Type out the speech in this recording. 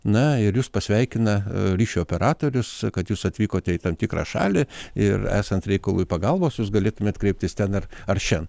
na ir jus pasveikina ryšio operatorius kad jūs atvykote į tam tikrą šalį ir esant reikalui pagalbos jūs galėtumėt kreiptis ten ir ar šen